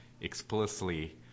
explicitly